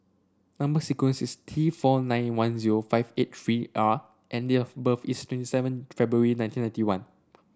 number sequence is T four nine one zero five eight three R and date of birth is twenty seven February nineteen ninety one